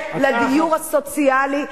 צריך לתת את הכסף הזה לדיור הסוציאלי,